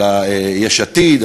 יש עתיד,